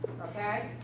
okay